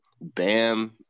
Bam